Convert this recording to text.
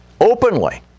openly